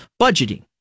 budgeting